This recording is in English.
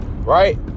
right